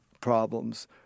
problems